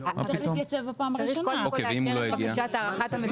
צריך קודם כל להגדיר את בקשת הערכת המסוכנות.